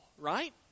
right